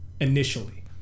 initially